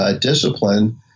discipline